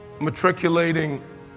matriculating